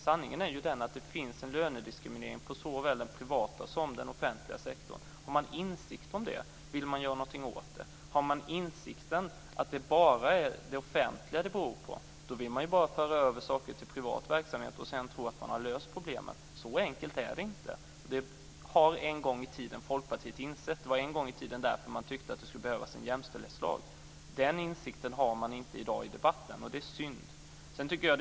Sanningen är den att det finns en lönediskriminering i såväl den privata som den offentliga sektorn. Om man har den insikten vill man göra någonting åt det. Om man har insikten att det bara beror på det offentliga vill man bara föra över saker till privat verksamhet och tror sedan att man har löst problemen. Så enkelt är det inte. Folkpartiet har en gång i tiden insett det. Därför tyckte man en gång i tiden att det skulle behövas en jämställdhetslag. Den insikten har man inte i debatten i dag, och det är synd.